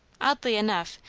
oddly enough,